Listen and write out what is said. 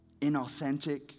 inauthentic